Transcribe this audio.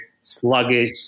sluggish